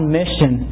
mission